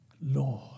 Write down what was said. Lord